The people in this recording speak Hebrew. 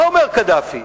מה אומר קדאפי?